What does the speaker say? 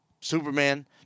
Superman